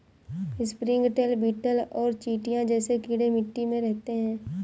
springtail, beetle और चींटियां जैसे कीड़े मिट्टी में रहते हैं